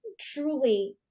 truly